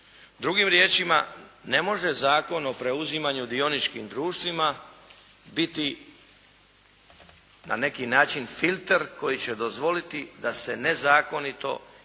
Drugim riječima, ne može Zakon o preuzimanju dioničkim društvima biti na neki način filter koji će dozvoliti da se nezakonito i